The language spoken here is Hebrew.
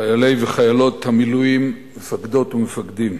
חיילי וחיילות המילואים, מפקדות ומפקדים,